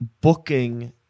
booking